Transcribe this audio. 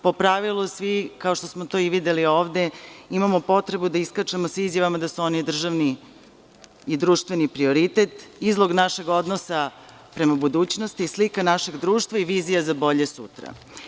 Po pravilu, svi, kao što smo videli ovde, imamo potrebu da iskačemo sa izjavama da su oni državni i društveni prioritet, izlog našeg odnosa prema budućnosti, slika našeg društva i vizija za bolje sutra.